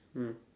mm